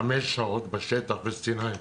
חמש שעות בשטח בסיני,